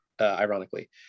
ironically